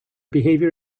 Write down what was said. behavior